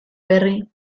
berri